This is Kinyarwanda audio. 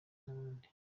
n’abandi